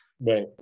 Right